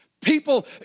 People